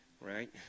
right